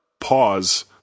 pause